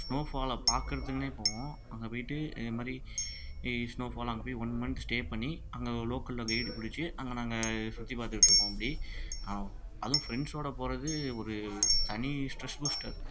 snow ஃபாலை பார்க்குறதுக்குன்னே போவோம் அங்கே போயிட்டு இது மாதிரி ஸ்னோ ஃபால் அங்கே போய் ஒன் மந்த் ஸ்டே பண்ணி அங்கே லோக்கலில் கைடு பிடிச்சு அங்கே நாங்கள் சுற்றி பார்த்துக்கிட்டுருப்போம் இப்படி அவுங்க அதுவும் ஃப்ரெண்ட்ஸோடு போவது ஒரு தனி ஸ்ட்ரெஸ் பூஸ்ட்டர்